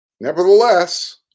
Nevertheless